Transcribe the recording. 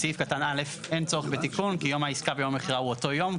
בסעיף קטן א אין צורך בתיקון כי יום העסקה ויום המכירה הוא אותו יום.